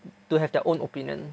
to have their own opinion